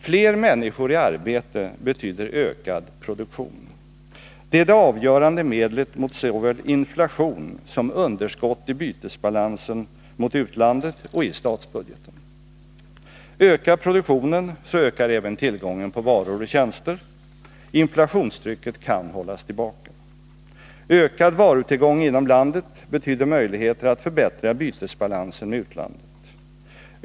Fler människor i arbete betyder ökad produktion. Det är det avgörande medlet mot såväl inflation som underskott i bytesbalansen mot utlandet och i statsbudgeten. Ökar produktionen så ökar även tillgången på varor och tjänster. Inflationstrycket kan hållas tillbaka. Ökad varutillgång inom landet betyder möjligheter att förbättra bytesbalansen med utlandet.